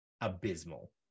abysmal